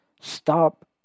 Stop